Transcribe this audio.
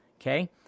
okay